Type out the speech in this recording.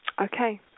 Okay